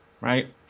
right